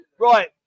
Right